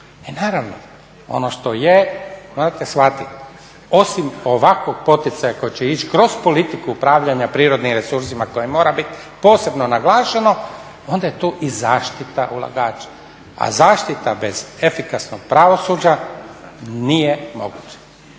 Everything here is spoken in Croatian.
naravno, ono što je, morate shvatiti osim ovakvog poticaja koji će ići kroz politiku upravljanja prirodnim resursima koje mora biti posebno naglašeno onda je tu i zaštita ulagača, a zaštita bez efikasnog pravosuđa nije moguća,